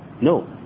No